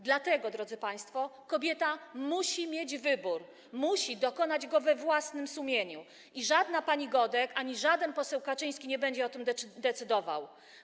Dlatego, drodzy państwo, kobieta musi mieć wybór, musi dokonać go we własnym sumieniu i żadna pani Godek ani żaden poseł Kaczyński nie będzie o tym decydował.